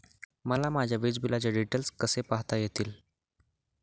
मला माझ्या वीजबिलाचे डिटेल्स कसे पाहता येतील?